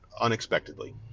unexpectedly